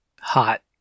Hot